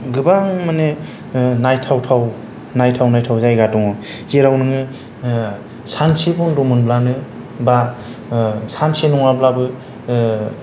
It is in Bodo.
गोबां माने नायथाव थाव नायथाव नायथाव जायगा दङ जेराव नोङो सानसे बन्द' मोनब्लानो बा सानसे नङाब्लाबो